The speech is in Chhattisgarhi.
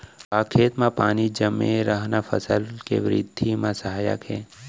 का खेत म पानी जमे रहना फसल के वृद्धि म सहायक हे?